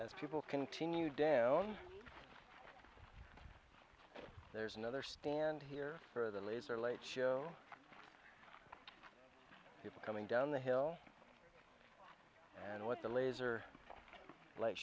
as people continue down there's another stand here for the laser light show people coming down the hill and what the laser light